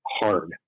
hard